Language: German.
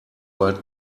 weit